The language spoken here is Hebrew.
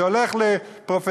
זה הולך לפרופסורה,